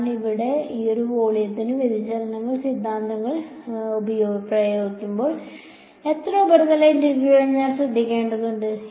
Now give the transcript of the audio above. ഞാൻ ഇവിടെ ഈ വോള്യത്തിൽ വ്യതിചലന സിദ്ധാന്തം പ്രയോഗിക്കുമ്പോൾ എത്ര ഉപരിതല ഇന്റഗ്രലുകൾ ഞാൻ ശ്രദ്ധിക്കേണ്ടതുണ്ട്